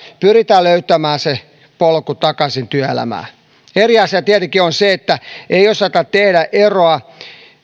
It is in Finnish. pyritään löytämään se polku takaisin työelämään eri asia tietenkin on se että ei osata tehdä eroa